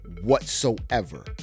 whatsoever